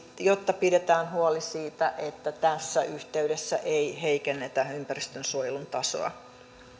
jotta pidetään huoli siitä että tässä yhteydessä ei heikennetä ympäristönsuojelun tasoa